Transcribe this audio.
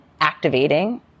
activating